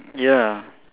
ya